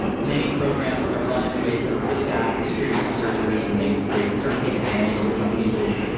many programs are run in ways that are really bad for security researchers and they they sort of take advantage in some cases.